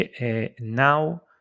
now